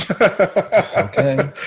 Okay